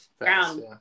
ground